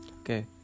okay